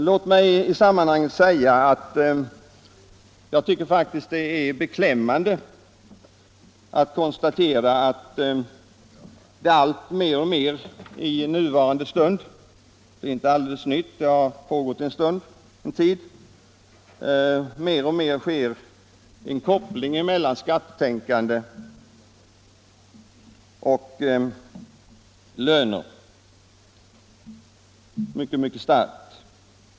Låt mig i sammanhanget säga att jag tycker att det är beklämmande att konstatera att skattetänkande och negativism griper ikring sig i allt vidare kretsar.